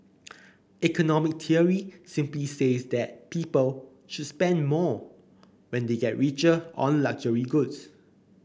economic theory simply says that people should spend more when they get richer on luxury goods